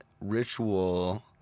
ritual